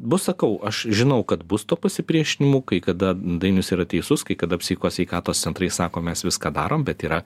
bus sakau aš žinau kad bus tų pasipriešinimų kai kada dainius yra teisus kai kada psichikos sveikatos centrai sako mes viską darom bet yra